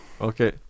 okay